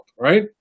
right